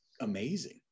amazing